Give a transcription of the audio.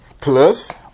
plus